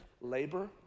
labor